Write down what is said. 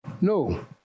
No